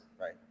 right